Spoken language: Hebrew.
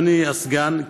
אדוני הסגן,